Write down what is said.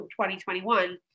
2021